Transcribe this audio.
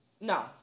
No